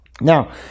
Now